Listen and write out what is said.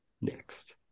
next